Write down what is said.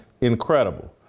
incredible